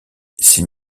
s’il